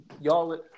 y'all